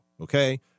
okay